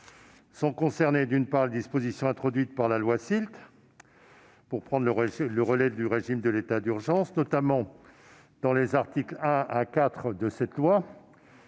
concernées les dispositions introduites par la loi SILT pour prendre le relais du régime de l'état d'urgence, à commencer par les articles 1 à 4 de ce texte,